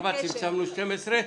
היה 24, צמצמנו ל-12.